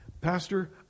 Pastor